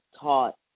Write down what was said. taught